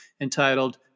entitled